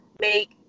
make